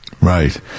Right